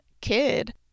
kid